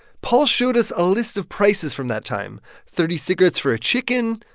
paul showed us a list of prices from that time thirty cigarettes for a chicken,